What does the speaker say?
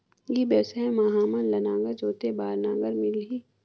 ई व्यवसाय मां हामन ला नागर जोते बार नागर मिलही?